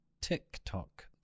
TikTok